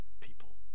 people